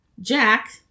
Jack